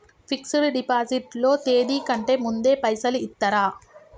Fix డ్ deposit లో తేది కంటే ముందే పైసలు ఇత్తరా?